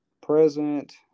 present